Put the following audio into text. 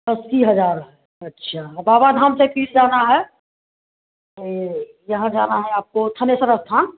अस्सी हज़ार अच्छा और बाबा धाम से फिर जाना है ऐ यहाँ जाना है आपको थानेश्वर अस्थान